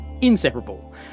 inseparable